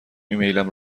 ایمیلم